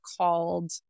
called